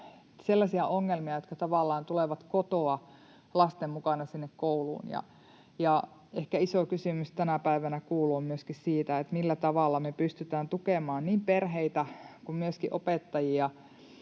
sellaisia ongelmia, jotka tavallaan tulevat kotoa lasten mukana sinne kouluun. Ehkä iso kysymys tänä päivänä myöskin kuuluu, millä tavalla me pystytään tukemaan niin perheitä kuin myöskin opettajia